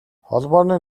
холбооны